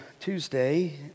Tuesday